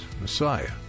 Messiah